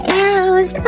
arrows